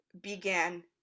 began